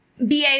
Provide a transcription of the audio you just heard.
Ba